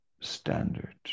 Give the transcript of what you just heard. standard